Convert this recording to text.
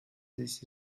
this